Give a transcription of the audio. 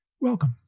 Welcome